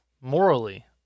morally